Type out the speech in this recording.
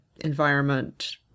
environment